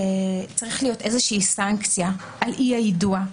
צריכה להיות איזושהי סנקציה על אי היידוע.